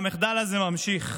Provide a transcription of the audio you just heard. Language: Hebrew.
והמחדל הזה ממשיך: